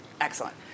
Excellent